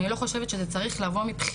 אני לא חושבת שזה צריך להיות מבחירה,